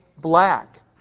black